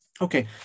Okay